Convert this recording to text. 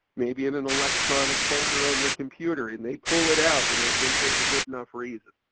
maybe in an electronic folder on their computer. and they pull it out when they think there's a good enough reason.